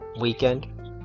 weekend